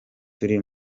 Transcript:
turi